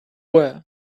were